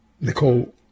Nicole